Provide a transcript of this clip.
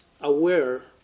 aware